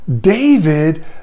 David